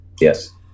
Yes